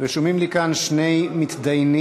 רשומים לי כאן שני מתדיינים.